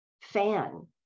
fan